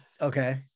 okay